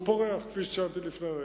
שפורח, כפי שאמרתי לפני רגע.